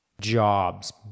jobs